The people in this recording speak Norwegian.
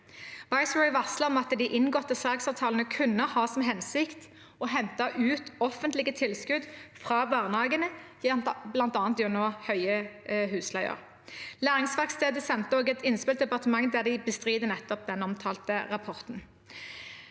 Viceroy varslet om at de inngåtte salgsavtalene kunne ha til hensikt å hente ut offentlige tilskudd fra barnehagene, bl.a. gjennom høye husleier. Læringsverkstedet sendte et innspill til departementet der de bestrider den omtalte rapporten.